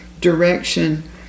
direction